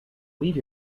leave